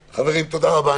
חברים, תודה רבה.